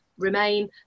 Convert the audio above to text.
Remain